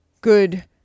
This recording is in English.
good